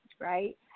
right